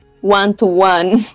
one-to-one